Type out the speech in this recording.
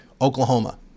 Oklahoma